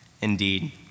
Indeed